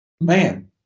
man